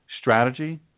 Strategy